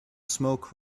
smoke